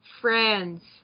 Friends